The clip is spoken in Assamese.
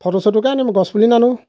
ফটো চটোকে আনিম গছপুলি নানো